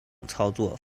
操作